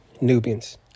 Nubians